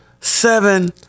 seven